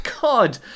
god